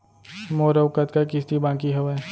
मोर अऊ कतका किसती बाकी हवय?